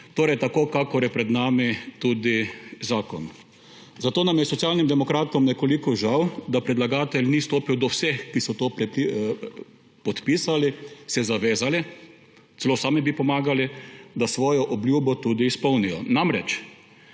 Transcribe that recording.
Torej tako, kakor je pred nami tudi zakon. Zato nam je Socialnim demokratom nekoliko žal, da predlagatelj ni stopil do vseh, ki so to podpisali, se zavezali, celo sami bi pomagali, da svojo obljubo tudi izpolnijo. Če namreč